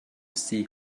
see